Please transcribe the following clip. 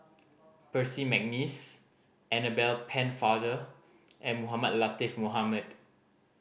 Percy McNeice Annabel Pennefather and Mohamed Latiff Mohamed